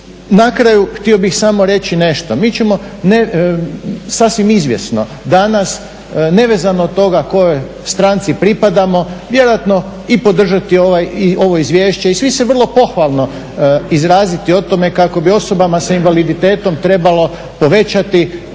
na kraju htio bih samo reći nešto, mi ćemo sasvim izvjesno danas nevezano od toga kojoj stranci pripadamo vjerojatno i podržati ovo izvješće i svi sve vrlo pohvalno izraziti o tome kako bi osobama s invaliditetom trebalo povećati